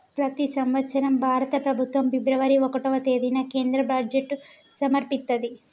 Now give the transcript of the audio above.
ప్రతి సంవత్సరం భారత ప్రభుత్వం ఫిబ్రవరి ఒకటవ తేదీన కేంద్ర బడ్జెట్ను సమర్పిత్తది